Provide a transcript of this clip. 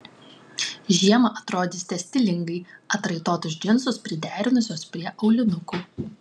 žiemą atrodysite stilingai atraitotus džinsus priderinusios prie aulinukų